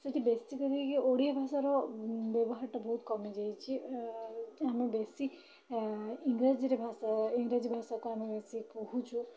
ସେଠି ବେଶିକରିକି ଓଡ଼ିଆ ଭାଷାର ବ୍ୟବହାରଟା ବହୁତ କମିଯାଉଛି ଆମେ ବେଶୀ ଇଂଗ୍ରାଜୀରେ ଭାଷା ଇଂଗ୍ରାଜୀ ଭାଷାକୁ ଆମେ ବେଶୀ କହୁଛୁ